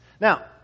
Now